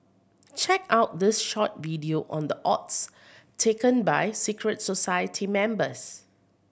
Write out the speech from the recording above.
check out this short video on the oaths taken by secret society members